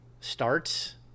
starts